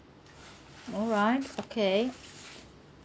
alright okay